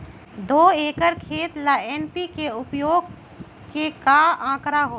दो एकर खेत ला एन.पी.के उपयोग के का आंकड़ा होई?